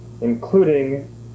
including